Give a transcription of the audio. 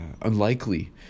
unlikely